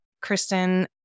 Kristen